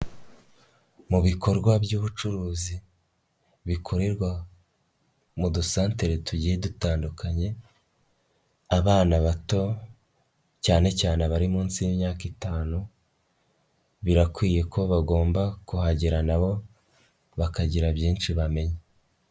Mu bikorwa by'ubucuruzi bikorerwa mu dusantere tugiye dutandukanye, abana bato cyane cyane abari munsi y'imyaka itanu, birakwiye ko bagomba kuhagera nabo bakagira byinshi bamenya.